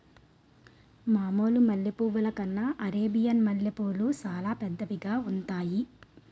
మామూలు మల్లె పువ్వుల కన్నా అరేబియన్ మల్లెపూలు సాలా పెద్దవిగా ఉంతాయి